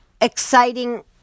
exciting